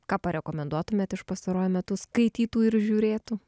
ką parekomenduotumėt iš pastaruoju metu skaitytų ir žiūrėtų